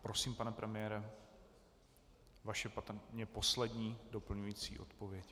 Prosím, pane premiére, vaše patrně poslední doplňující odpověď.